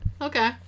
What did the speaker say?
Okay